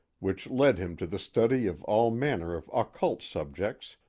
which led him to the study of all manner of occult subjects,